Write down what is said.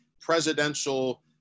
presidential